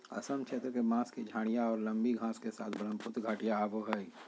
असम क्षेत्र के, बांस की झाडियाँ और लंबी घास के साथ ब्रहमपुत्र घाटियाँ आवो हइ